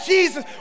Jesus